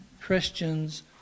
Christians